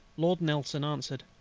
lord nelson answered,